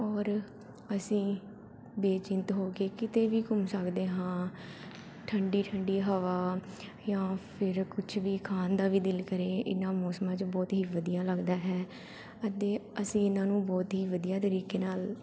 ਔਰ ਅਸੀਂ ਬੇਚਿੰਤ ਹੋ ਕੇ ਕਿਤੇ ਵੀ ਘੁੰਮ ਸਕਦੇ ਹਾਂ ਠੰਡੀ ਠੰਡੀ ਹਵਾ ਜਾਂ ਫਿਰ ਕੁਝ ਵੀ ਖਾਣ ਦਾ ਵੀ ਦਿਲ ਕਰੇ ਇਹਨਾਂ ਮੌਸਮਾਂ 'ਚ ਬਹੁਤ ਹੀ ਵਧੀਆ ਲੱਗਦਾ ਹੈ ਅਤੇ ਅਸੀਂ ਇਹਨਾਂ ਨੂੰ ਬਹੁਤ ਹੀ ਵਧੀਆ ਤਰੀਕੇ ਨਾਲ